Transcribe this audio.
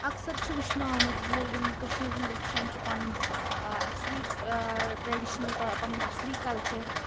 اَکثَر چھِ وٕچھنہٕ آمُت زِ یِم کٔشیٖر ہِنٛدۍ لٕکھ چھِ یِم چھِ پَنُن اَصلی ٹرٛیڈِشنَل پَنُن اَصلی کَلچَر